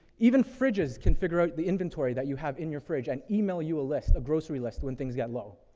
even fridges can figure out the inventory that you have in your fridge and e-mail you a list, a grocery list, when things get low.